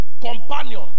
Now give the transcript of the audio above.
Companion